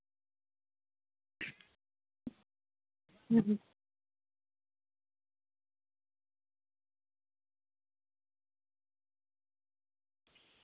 ᱦᱩᱸ